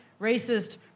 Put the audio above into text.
racist